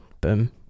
boom